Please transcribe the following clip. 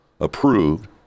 approved